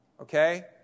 okay